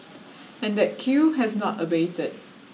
and that queue has not abated